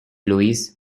louise